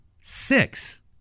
six